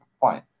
fine